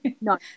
no